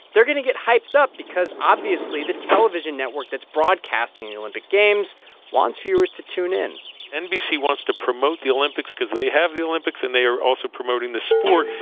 they're going to get hyped up because, obviously, the television network that's broadcasting olympic games wants viewers to tune in nbc wants to promote the olympics cause they have the olympics, and they are also promoting the sport.